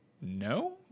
no